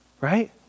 right